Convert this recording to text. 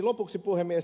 lopuksi puhemies